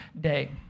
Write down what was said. day